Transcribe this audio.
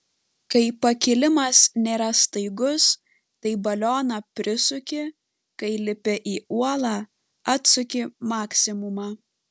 kai pakilimas nėra staigus tai balioną prisuki kai lipi į uolą atsuki maksimumą